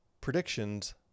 predictions